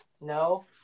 No